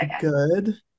good